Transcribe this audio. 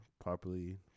properly